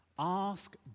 Ask